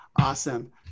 awesome